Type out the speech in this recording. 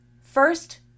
first